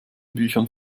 büchern